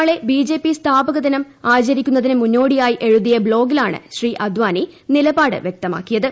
നാളെ ബിജെപി സ്ഥാപകദിനം ആചരിക്കുന്നതിന് മുന്നോടിയായി എഴുതിയ ബ്ലോഗിലാണ് ശ്രീ അദാനി നിലപാട് വ്യക്തമാക്കിയത്